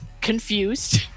confused